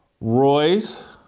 Royce